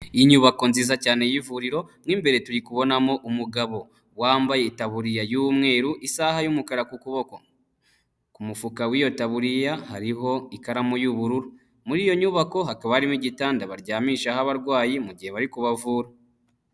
Inyubako nziza cyane y'ivuriro, mo mbere turi kubonamo umugabo wambaye itaburiya y'umweru, isaha y'umukara ku kuboko, ku mufuka w'iyo taburiya hariho ikaramu y'ubururu, muri iyo nyubako hakaba harimo igitanda baryamishaho abarwayi mu gihe bari kubavura.